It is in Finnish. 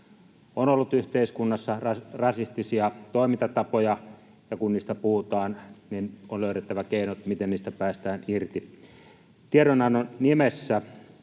on ollut yhteiskunnassa, ja rasistisia toimintatapoja, ja kun niistä puhutaan, on löydettävä keinot, miten niistä päästään irti. Tiedonannon